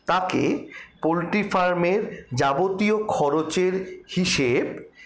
তাকে পোলট্রি ফার্মের যাবতীয় খরচের হিসেব